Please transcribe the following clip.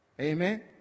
Amen